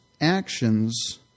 actions